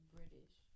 British